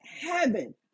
heaven